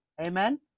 Amen